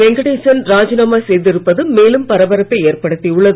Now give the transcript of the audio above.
வெங்கடசேன் ராஜினாமா செய்திருப்பது மேலும் பரபரப்பை ஏற்படுத்தியுள்ளது